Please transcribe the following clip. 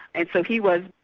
and so he was,